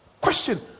question